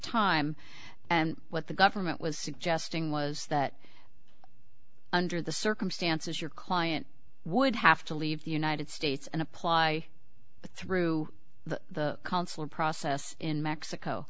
time and what the government was suggesting was that under the circumstances your client would have to leave the united states and apply through the consul process in mexico